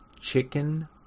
Chicken